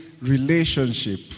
relationship